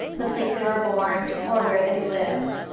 the place they were born, or where they lived.